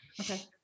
Okay